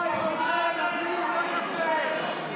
מכרת את העצמאים.